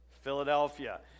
Philadelphia